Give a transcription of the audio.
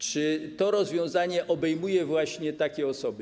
Czy to rozwiązanie obejmuje właśnie takie osoby?